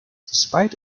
despite